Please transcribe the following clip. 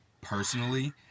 personally